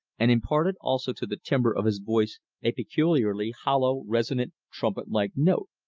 and imparted also to the timbre of his voice a peculiarly hollow, resonant, trumpet-like note.